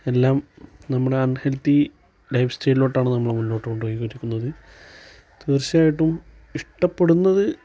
എല്ലാം നമ്മുടെ unhealthy life സ്റ്റൈലിലൊട്ടാണ് നമ്മള് മുന്നോട്ട് കൊണ്ടുപോയിരിക്കുന്നത് തീർച്ചയായിട്ടും ഇഷ്ടപ്പെടുന്നത്